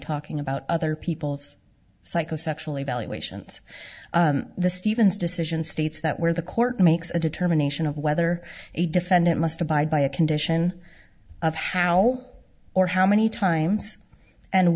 talking about other people's psychosexual evaluations the stevens decision states that where the court makes a determination of whether a defendant must abide by a condition of how or how many times and